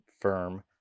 firm